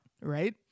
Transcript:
right